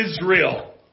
Israel